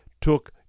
took